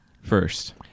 first